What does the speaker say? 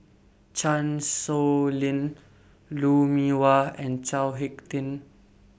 Chan Sow Lin Lou Mee Wah and Chao Hick Tin